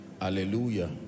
Hallelujah